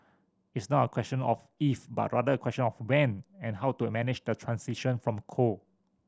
it's not a question of if but rather a question of when and how to a manage the transition from coal